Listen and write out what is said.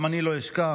גם אני לא אשכח